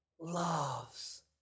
loves